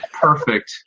perfect